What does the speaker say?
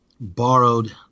borrowed